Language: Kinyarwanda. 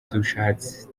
dushatse